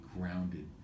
grounded